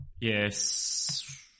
Yes